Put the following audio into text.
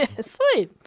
Sweet